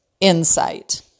insight